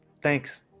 Thanks